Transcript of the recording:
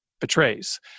betrays